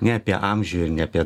ne apie amžių ir ne apie